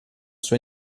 suo